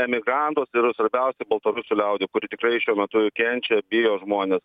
emigrantus ir svarbiausia baltarusių liaudį kuri tikrai šiuo metu kenčia bijo žmonės